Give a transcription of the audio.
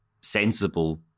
sensible